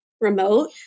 remote